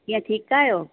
कीअं ठीकु आहियो